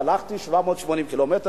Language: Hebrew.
והלכתי 780 ק"מ,